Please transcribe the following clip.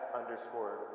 underscore